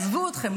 עזבו אתכם,